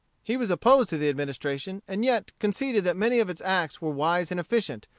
he was opposed to the administration, and yet conceded that many of its acts were wise and efficient,